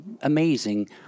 amazing